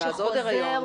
ואז עוד הריון,